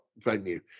venue